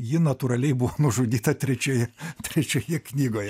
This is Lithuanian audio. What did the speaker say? ji natūraliai buvo nužudyta trečioje trečioje knygoje